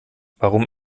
warum